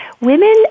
women